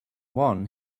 one